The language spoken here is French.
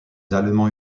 allemands